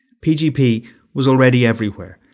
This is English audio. pgp was already everywhere,